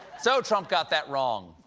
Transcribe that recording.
so trump got that wrong.